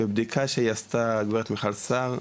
בבדיקה שהיא עשתה הגברת מיכל סהר,